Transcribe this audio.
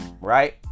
right